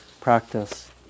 practice